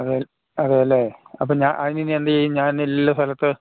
അതെ അതെ അല്ലെ അപ്പം ഞാൻ അതിന് ഇനി എന്ത് ചെയ്യും ഞാനില്ലല്ലോ സ്ഥലത്തെ